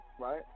Right